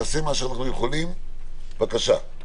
בבקשה,